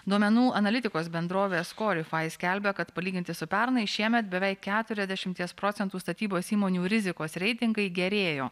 duomenų analitikos bendrovės korifai skelbia kad palyginti su pernai šiemet beveik keturiasdešimties procentų statybos įmonių rizikos reitingai gerėjo